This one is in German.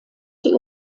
die